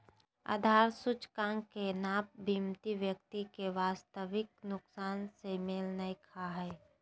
आधार सूचकांक के नाप बीमित व्यक्ति के वास्तविक नुकसान से मेल नय खा हइ